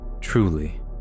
truly